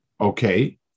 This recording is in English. Okay